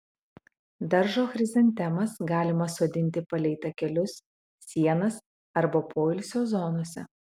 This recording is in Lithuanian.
daržo chrizantemas galima sodinti palei takelius sienas arba poilsio zonose